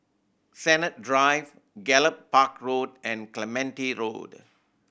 Sennett Drive Gallop Park Road and Clementi Road